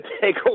take